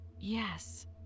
yes